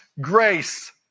grace